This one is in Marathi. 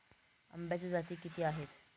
आंब्याच्या जाती किती आहेत?